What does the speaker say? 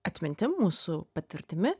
atmintim mūsų patirtimi